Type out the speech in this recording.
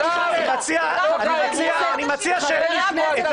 אני מציע לשמוע את --- אני מציע --- של